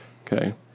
Okay